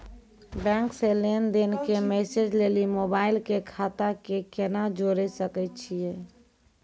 Bank से लेंन देंन के मैसेज लेली मोबाइल के खाता के केना जोड़े सकय छियै?